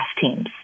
teams